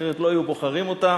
אחרת לא היו בוחרים אותה,